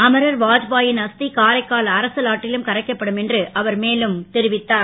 அமர் வாத்பா ன் அஸ் காரைக்கால் அரசலாற்றிலும் கரைக்கப்படும் என்று அவர் மேலும் தெரிவித்தார்